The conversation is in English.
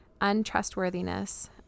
untrustworthiness